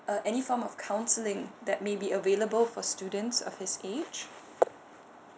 uh any form of counselling that maybe available for students of his age